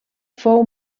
fou